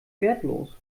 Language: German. wertlos